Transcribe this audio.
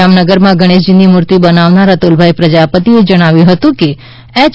જામનગરમાં ગણેશજીની મુર્તિ બનાવનાર અતુલભાઈ પ્રજાપતિએ જણાવ્યુ હતું કે એચ